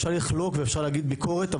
אפשר לחלוק ואפשר להעביר ביקורת,